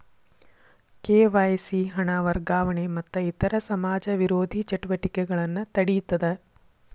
KYC ಹಣ ವರ್ಗಾವಣೆ ಮತ್ತ ಇತರ ಸಮಾಜ ವಿರೋಧಿ ಚಟುವಟಿಕೆಗಳನ್ನ ತಡೇತದ